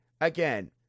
Again